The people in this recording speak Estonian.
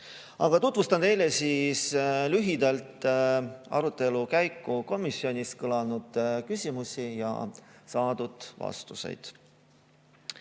Tutvustan teile lühidalt arutelu käiku, komisjonis kõlanud küsimusi ja saadud vastuseid.